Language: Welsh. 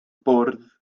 bwrdd